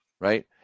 right